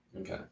Okay